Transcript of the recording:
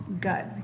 gut